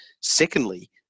secondly